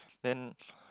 then